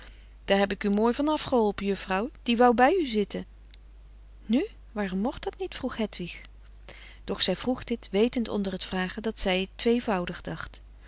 daar heb ik u mooi van afgeholpen juffrouw die wou bij u zitten nu waarom mocht dat niet vroeg hedwig doch zij vroeg dit wetend onder t vragen dat zij tweevoudig dacht